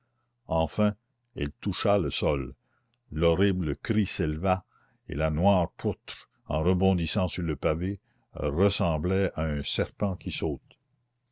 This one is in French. enfin elle toucha le sol l'horrible cri s'éleva et la noire poutre en rebondissant sur le pavé ressemblait à un serpent qui saute